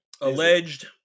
alleged